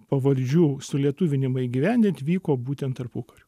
pavardžių sulietuvinimą įgyvendint vyko būtent tarpukariu